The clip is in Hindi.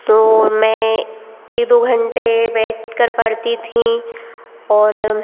तो मैं एक दो घंटे बैठ कर पढ़ती थी और